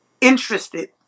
interested